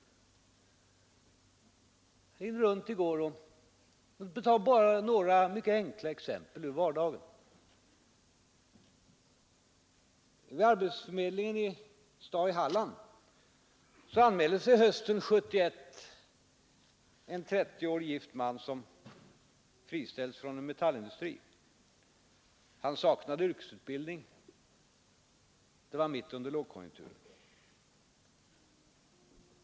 Jag ringde runt i går och fick höra några mycket enkla exempel från människors vardag. På arbetsförmedlingen i en stad i Halland anmälde sig hösten 1971 en 30-årig gift man som friställts från en metallindustri. Han saknade yrkesutbildning, och vi var mitt inne i en lågkonjunktur.